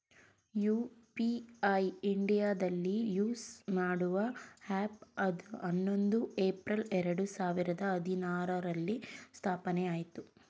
UPI ಇಂಡಿಯಾದಲ್ಲಿ use ಮಾಡುವ ಹ್ಯಾಪ್ ಹನ್ನೊಂದು ಏಪ್ರಿಲ್ ಎರಡು ಸಾವಿರದ ಹದಿನಾರುರಲ್ಲಿ ಸ್ಥಾಪನೆಆಯಿತು